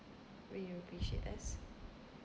really appreciate this